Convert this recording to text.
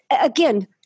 again